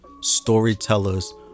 storytellers